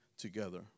Together